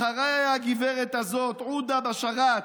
אחרי הגברת הזאת, עודה בשאראת: